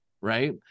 Right